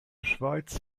schweiz